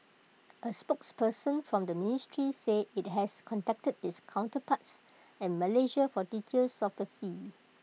A spokesperson from the ministry said IT has contacted its counterparts in Malaysia for details of the fee